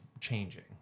changing